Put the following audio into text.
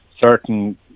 certain